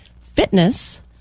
Fitness